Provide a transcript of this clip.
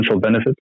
benefit